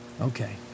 Okay